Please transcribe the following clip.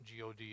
god